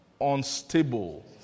unstable